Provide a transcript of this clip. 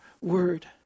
word